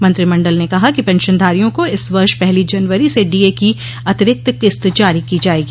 मंत्रिमंडल ने कहा कि पेंशनधारियों को इस वर्ष पहली जनवरी से डीए की अतिरिक्त किस्त जारी की जाएगी